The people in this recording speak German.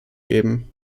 geben